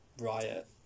riot